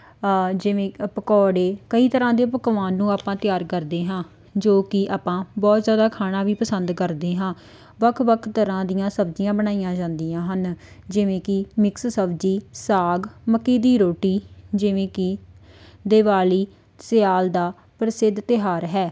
ਜਿਵੇਂ ਪਕੌੜੇ ਕਈ ਤਰ੍ਹਾਂ ਦੇ ਪਕਵਾਨ ਨੂੰ ਆਪਾਂ ਤਿਆਰ ਕਰਦੇ ਹਾਂ ਜੋ ਕਿ ਆਪਾਂ ਬਹੁਤ ਜ਼ਿਆਦਾ ਖਾਣਾ ਵੀ ਪਸੰਦ ਕਰਦੇ ਹਾਂ ਵੱਖ ਵੱਖ ਤਰ੍ਹਾਂ ਦੀਆਂ ਸਬਜ਼ੀਆਂ ਬਣਾਈਆਂ ਜਾਂਦੀਆਂ ਹਨ ਜਿਵੇਂ ਕਿ ਮਿਕਸ ਸਬਜ਼ੀ ਸਾਗ ਮੱਕੀ ਦੀ ਰੋਟੀ ਜਿਵੇਂ ਕਿ ਦਿਵਾਲੀ ਸਿਆਲ ਦਾ ਪ੍ਰਸਿੱਧ ਤਿਉਹਾਰ ਹੈ